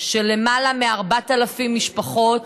ללמעלה מ-4,000 משפחות